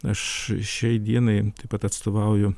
aš šiai dienai taip pat atstovauju